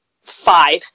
five